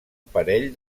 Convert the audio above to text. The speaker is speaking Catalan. parell